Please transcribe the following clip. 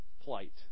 plight